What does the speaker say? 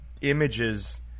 images